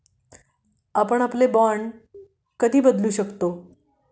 आपण आपले बाँड कधी बदलू शकतो?